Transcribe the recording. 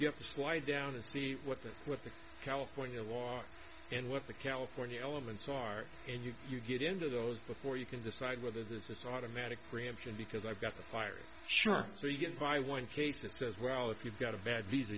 you have to slide down and see what the what the california law and what the california elements are and you you get into those before you can decide whether this is automatic preemption because i've got a virus sure so you get by one case it says well if you've got a bad visa